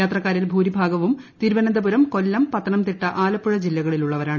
യാത്രക്കാരിൽ ഭൂരിഭാഗവും തിരുവനന്തപുരം കൊല്ലം പത്തനംതിട്ട ആലപ്പുഴ ജില്ലകളിലുള്ളവരായിരുന്നു